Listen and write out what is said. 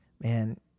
man